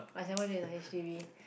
my Singapore dream is a h_d_b